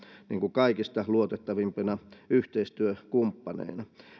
kaikista luotettavimpina yhteistyökumppaneina